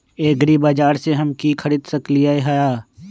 एग्रीबाजार से हम की की खरीद सकलियै ह?